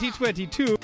2022